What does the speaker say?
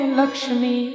lakshmi